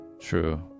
True